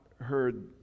heard